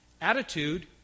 Attitude